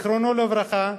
זיכרונו לברכה,